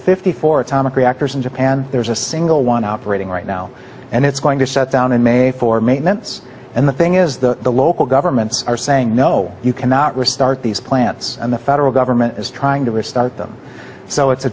fifty four atomic reactors in japan there's a single one operating right now and it's going to shut down in may for maintenance and the thing is the local governments are saying no you cannot restart these plants and the federal government is trying to restart them so it's a